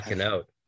out